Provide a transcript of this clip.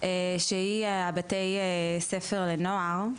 שהיא בתי הספר לנוער,